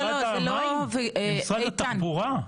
למשרד התחבורה?